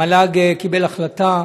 המל"ג קיבלה החלטה,